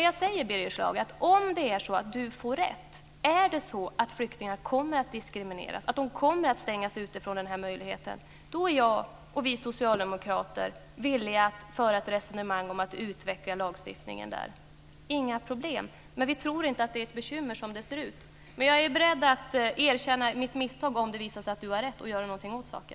Jag säger att om Birger Schlaug får rätt, att flyktingar kommer att diskrimineras och stängas ute från den här möjligheten, är jag och socialdemokraterna villiga att föra ett resonemang om att utveckla lagstiftningen. Det är inga problem. Men vi tror inte att det är ett bekymmer, som det ser ut. Jag är beredd att erkänna mitt misstag och göra någonting åt saken om det visar sig att Birger Schlaug har rätt.